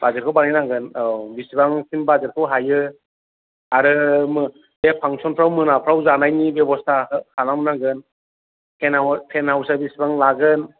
बाजेटखौ बानायनांगोन औ बिसिबांसिम बाजेटखौ हायो आरो बे फांसनफ्राव मोनाफ्राव जानायनि बेबस्था खालामनांगोन टेन हाउस टेन हाउसआ बिसिबां लागोन